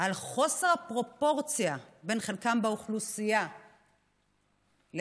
על חוסר הפרופורציה בין חלקם באוכלוסייה לבין,